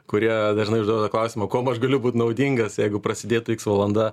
kurie dažnai užduoda klausimą kuom aš galiu būt naudingas jeigu prasidėtų iks valanda